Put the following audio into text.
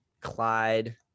Clyde